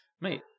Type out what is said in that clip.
Mate